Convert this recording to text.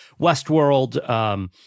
Westworld